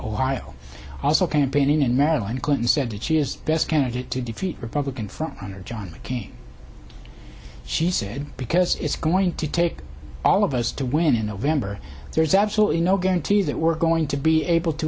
ohio also campaigning in maryland clinton said that she is the best candidate to defeat republican frontrunner john mccain she said because it's going to take all of us to win in november there's absolutely no guarantee that we're going to be able to